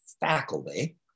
faculty